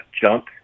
jump